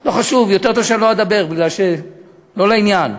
לא חשוב, יותר טוב שאני לא אדבר, בגלל, לא לעניין.